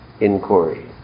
inquiry